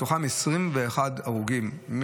מתוכם 21 הרוגים בירושלים,